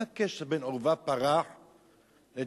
מה הקשר בין עורבא פרח לדברים,